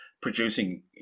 producing